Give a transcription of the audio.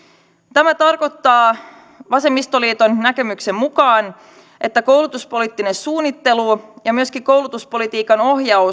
tämä tarkoittaa vasemmistoliiton näkemyksen mukaan että koulutuspoliittinen suunnittelu ja myöskin koulutuspolitiikan ohjaus